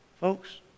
Folks